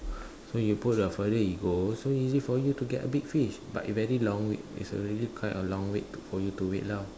so you put the further you go so easy for you get a big fish but very long wait is a really quite a long wait for you to wait lah